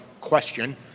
question